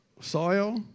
soil